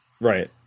Right